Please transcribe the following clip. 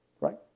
right